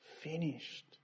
finished